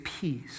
peace